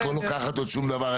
את לא לוקחת עוד שום דבר,